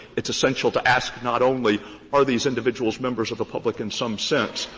it's essential to ask not only are these individuals members of the public in some sense,